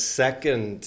second